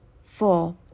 Four